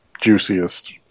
juiciest